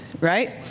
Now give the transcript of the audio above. right